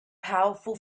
powerful